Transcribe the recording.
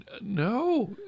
No